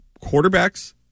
Quarterbacks